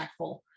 impactful